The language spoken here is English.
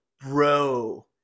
bro –